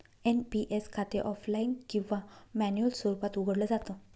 NPS खाते offline किंवा manual स्वरूपात उघडलं जात